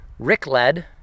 Rickled